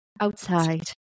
outside